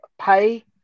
pay